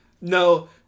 No